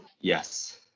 Yes